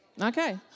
Okay